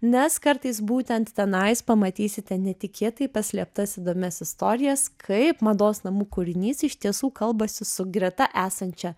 nes kartais būtent tenais pamatysite netikėtai paslėptas įdomias istorijas kaip mados namų kūrinys iš tiesų kalbasi su greta esančia